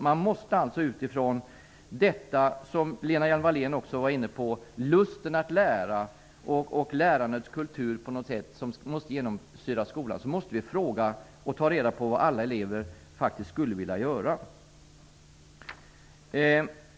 Man måste utifrån lusten att lära och lärandets kultur, som Lena Hjelm-Wallén också var inne på och som måste genomsyra skolan, ta reda på vad alla elever skulle vilja göra.